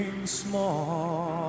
small